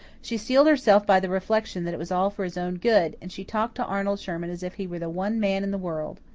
she steeled herself by the reflection that it was all for his own good, and she talked to arnold sherman as if he were the one man in the world.